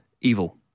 evil